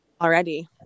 already